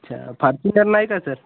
अच्छा फारचिनर नाही का सर